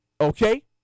Okay